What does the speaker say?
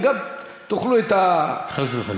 וגם תאכלו את, חס וחלילה.